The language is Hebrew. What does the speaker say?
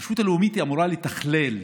הרשות הלאומית אמורה לתכלל,